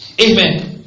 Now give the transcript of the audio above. Amen